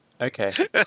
Okay